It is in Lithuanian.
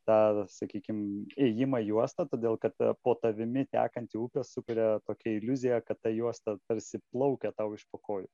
tą sakykim ėjimą juosta todėl kad po tavimi tekanti upė sukuria tokią iliuziją kad ta juosta tarsi plaukia tau iš po kojų